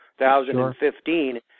2015